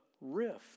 rift